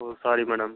O sorry madam